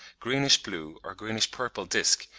greenish-blue or greenish-purple disc,